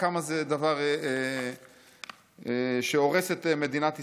וכמה זה דבר שהורס את מדינת ישראל.